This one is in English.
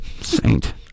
Saint